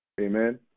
Amen